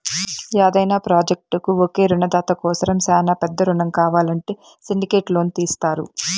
యాదైన ప్రాజెక్టుకు ఒకే రునదాత కోసరం శానా పెద్ద రునం కావాలంటే సిండికేట్ లోను తీస్తారు